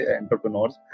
entrepreneurs